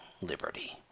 liberty